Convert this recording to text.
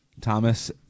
Thomas